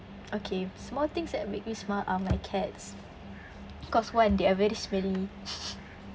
okay small things that make me smile are my cats cause one they are very smelly